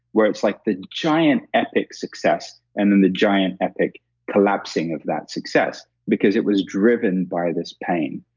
where it's like the giant epic success and then the giant epic collapsing of that success because it was driven by this pain.